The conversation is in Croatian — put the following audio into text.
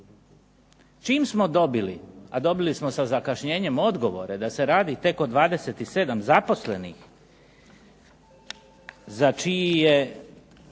Čim smo dobili, a dobili smo sa zakašnjenjem odgovore da se radi tek o 27 zaposlenih za čiji